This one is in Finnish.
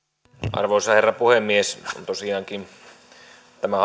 arvoisa herra puhemies tosiaankin tämä